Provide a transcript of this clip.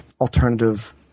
alternative